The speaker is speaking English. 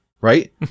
right